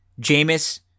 Jameis